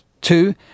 Two